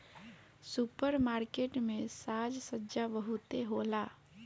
super market में साज सज्जा बहुते होला